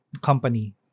Company